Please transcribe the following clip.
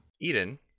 Eden